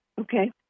Okay